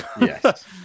Yes